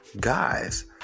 guys